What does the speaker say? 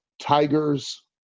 Tigers